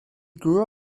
grew